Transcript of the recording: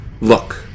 Look